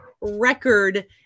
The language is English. record